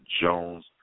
Jones